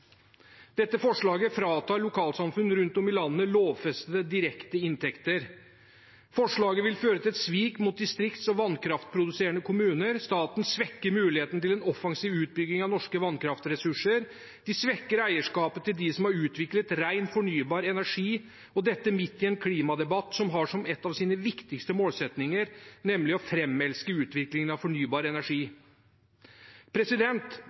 Dette forslaget fratar lokalsamfunn rundt om i landet lovfestede direkte inntekter. Forslaget vil føre til et svik mot distriktskommuner og vannkraftproduserende kommuner. Staten svekker muligheten til en offensiv utbygging av norske vannkraftressurser. De svekker eierskapet til dem som har utviklet ren fornybar energi – dette midt i en klimadebatt som har som en av sine viktigste målsettinger å framelske utviklingen av fornybar energi.